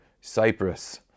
Cyprus